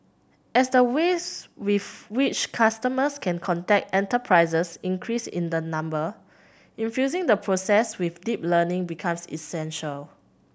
as the ways with which customers can contact enterprises increase in the number infusing the process with deep learning becomes essential